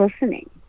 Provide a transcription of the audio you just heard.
listening